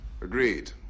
Agreed